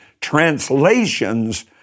translations